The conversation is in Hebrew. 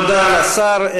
תודה לשר.